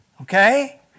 Okay